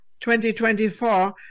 2024